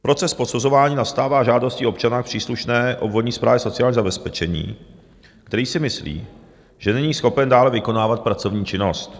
Proces posuzování nastává žádostí občana u příslušné obvodní správy sociální zabezpečení, který si myslí, že není schopen dále vykonávat pracovní činnost.